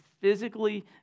physically